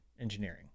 engineering